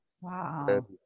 Wow